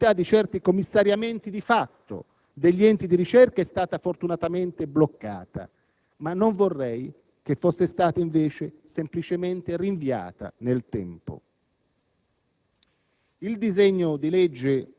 È vero che la possibilità di certi «commissariamenti di fatto» degli enti di ricerca è stata fortunatamente bloccata; ma non vorrei che fosse stata invece semplicemente rinviata nel tempo.